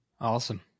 Awesome